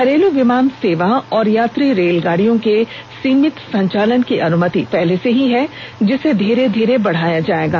घरेलू विमान सेवा और यात्री रेलगाड़ियों के सीमित संचालन की अनुमति पहले से ही है जिसे धीरे धीरे बढाया जाएगा